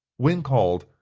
when called,